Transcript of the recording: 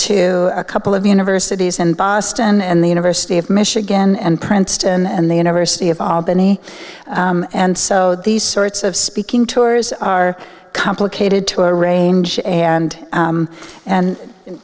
to a couple of universities in boston and the university of michigan and princeton and the university of albany and so these sorts of speaking tours are complicated to arrange and and